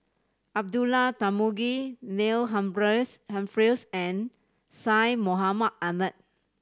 Abdullah Tarmugi Neil Humphreys and Syed Mohamed Ahmed